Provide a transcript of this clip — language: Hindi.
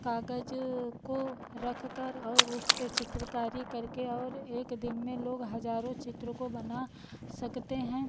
कागज को रखकर और उसपर चित्रकारी करके और एक दिन में लोग हज़ारों चित्र को बना सकते हैं